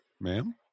Ma'am